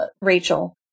Rachel